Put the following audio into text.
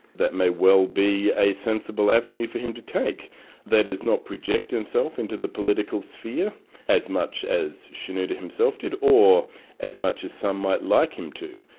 that may well be a sensible avenue for him to take that is, not project himself into the political sphere as much as shenouda himself did, or as much as some might like him to.